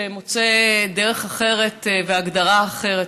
שמוצא דרך אחרת והגדרה אחרת,